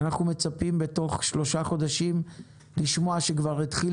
אנחנו מצפים לשמוע בתוך שלושה חודשים שכבר התחיל